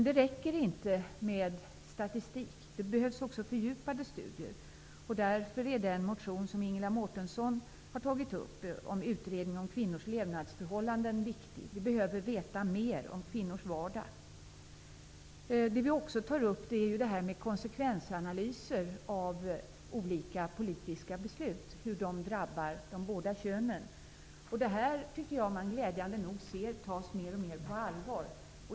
Det räcker inte med statistik. Det behövs också fördjupade studier. Därför är den motion som Ingela Mårtensson har väckt om utredning av kvinnors levnadsförhållanden viktig. Vi behöver veta mer om kvinnors vardag. Vi tar också upp frågan om konsekvensanalyser av olika politiska beslut och hur de drabbar de båda könen. Dessa frågor tas, glädjande nog, mer och mer på allvar.